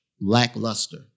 lackluster